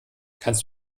kannst